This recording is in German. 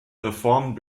reformen